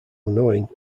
knowing